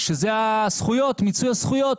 שזה מיצוי הזכויות.